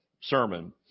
sermon